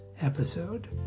episode